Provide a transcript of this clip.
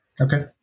Okay